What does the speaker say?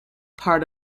part